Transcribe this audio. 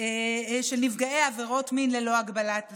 של נפגעי עבירות מין ללא הגבלת זמן,